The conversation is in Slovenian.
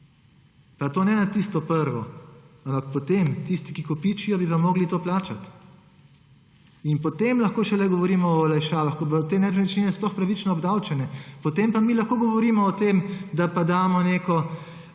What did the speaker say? Pa to ne na tisto prvo, ampak potem tisti, ki kopičijo, bi ga morali to plačati. Potem lahko šele govorimo o olajšavah, ko bodo te nepremičnine sploh pravično obdavčene. Potem pa mi lahko govorimo o tem, da pa damo neko